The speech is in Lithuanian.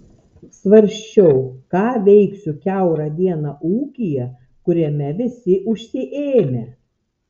svarsčiau ką veiksiu kiaurą dieną ūkyje kuriame visi užsiėmę